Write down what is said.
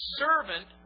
servant